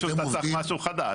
אתה צריך משהו חדש.